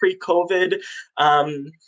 pre-COVID